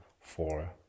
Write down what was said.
four